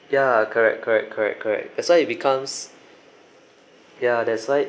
ya correct correct correct correct that's why it becomes ya that's why